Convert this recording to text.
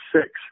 six